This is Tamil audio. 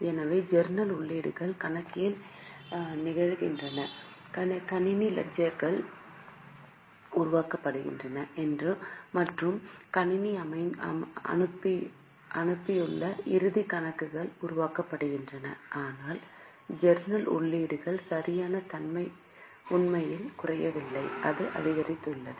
எனவே ஜர்னல் உள்ளீடுகள் கணினியில் நிகழ்கின்றன கணினி லெட்ஜர்கள் உருவாக்கப்படுகின்றன மற்றும் கணினி அமைப்பினுள் இறுதிக் கணக்குகள் உருவாக்கப்படுகின்றன ஆனால் ஜர்னல் உள்ளீடுகளின் சரியான தன்மை உண்மையில் குறையவில்லை அது அதிகரித்துள்ளது